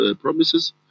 promises